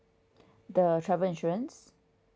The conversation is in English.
the travel insurance